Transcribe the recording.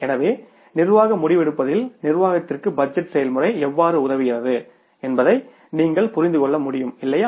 எனவே நிர்வாக முடிவெடுப்பதில் நிர்வாகத்திற்கு பட்ஜெட் செயல்முறை எவ்வாறு உதவுகிறது என்பதை நீங்கள் புரிந்து கொள்ள முடியும்இல்லையா